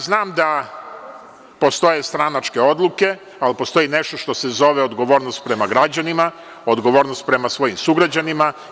Znam da postoje stranačke odluke, ali postoji i nešto što se zove odgovornost prema građanima, odgovornost prema svojim sugrađanima.